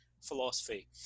philosophy